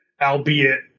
albeit